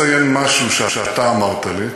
להפך, אני רוצה לציין משהו שאתה אמרת לי,